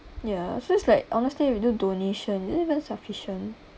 ya so it's like honestly if you do donation is it even sufficient